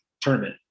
tournament